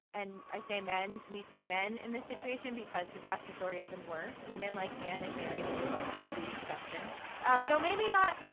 and i say men, we say men in this situation because the vast majority of them were. women like anne and mary would the exception though maybe not,